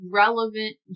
relevant